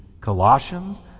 Colossians